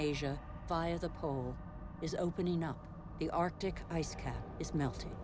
asia via the pole is opening up the arctic ice cap is melting